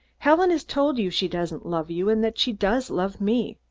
helen has told you she doesn't love you, and that she does love me.